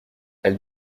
elle